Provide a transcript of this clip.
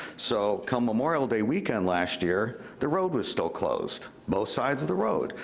so, come memorial day weekend last year, the road was still closed, both sides of the road.